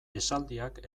esaldiak